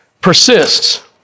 persists